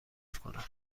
کنم